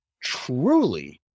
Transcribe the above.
truly